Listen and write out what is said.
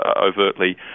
overtly